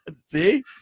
See